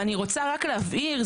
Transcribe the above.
ואני רוצה רק להבהיר,